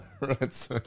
right